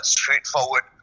straightforward